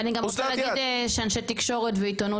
ואני גם רוצה להגיד שאנשי תקשורת ועיתונות